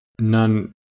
none